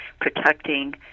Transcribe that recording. protecting